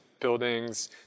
buildings